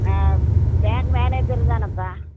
ஆ bank manager தானேப்பா